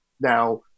now